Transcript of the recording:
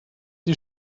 die